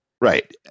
Right